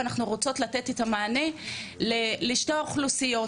ואנחנו רוצות לתת את המענה לשתי האוכלוסיות.